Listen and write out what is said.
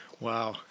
wow